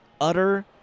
utter